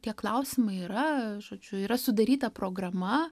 tie klausimai yra žodžiu yra sudaryta programa